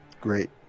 Great